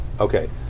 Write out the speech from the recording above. okay